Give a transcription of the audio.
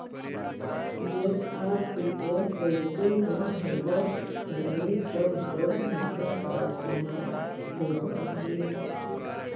जब आज की तरह पैसे न होवअ हलइ तब द्रव्य मुद्रा का इस्तेमाल होवअ हई